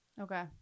Okay